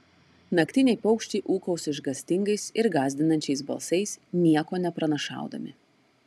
naktiniai paukščiai ūkaus išgąstingais ir gąsdinančiais balsais nieko nepranašaudami